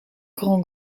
grand